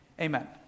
Amen